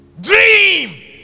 Dream